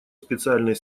специальной